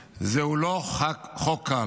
זהו לא חוק קל.